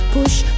Push